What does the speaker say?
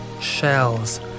Shells